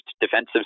defensive